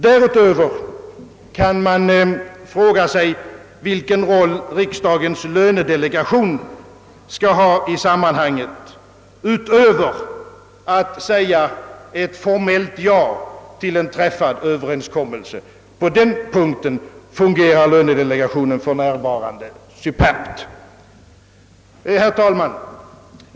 Vidare kan man fråga sig vilken roll riksdagens lönedelegation skall ha i sammanhanget utöver att säga ett formellt ja till en träffad överenskommelse. På den punkten fungerar lönedelegationen för närvarande superbt. Herr talman!